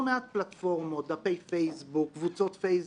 כוונת רווח צריך להגיד שיבקשו אישור או